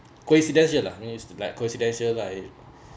coincidence ya lah used to be like coincidental like